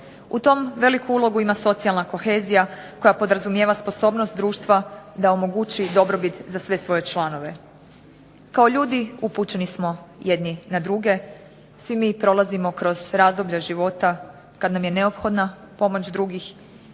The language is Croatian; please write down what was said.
U tom veliku ulogu ima socijalna kohezija koja podrazumijeva sposobnost društva da omogući dobrobit za sve svoje članove. Kao ljudi upućeni smo jedni na druge, svi prolazimo kroz razdoblja života kad nam je neophodna pomoć drugih